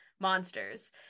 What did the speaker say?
monsters